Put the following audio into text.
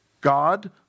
God